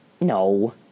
No